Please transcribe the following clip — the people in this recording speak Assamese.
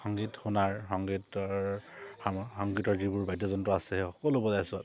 সংগীত শুনাৰ সংগীতৰ সংগীতৰ যিবোৰ বাদ্যযন্ত আছে সকলো বজাইছো